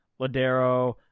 Ladero